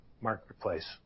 marketplace